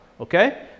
okay